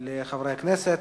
לחברי הכנסת.